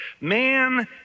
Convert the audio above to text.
man